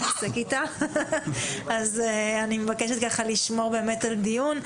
אני מבקשת לשמור על הדיון.